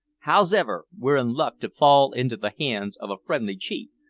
hows'ever, we're in luck to fall into the hands of a friendly chief,